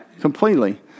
completely